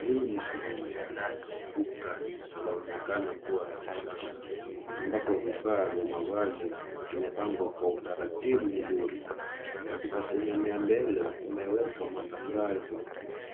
Hii ni sehemu ya ndani ya duka linaloonekana kuwa la kisasa ambapo vifaa vya mavazi vimepangwa kwa utaratibu mzuri. Katika sehemu ya mbele kumewekwa matangazo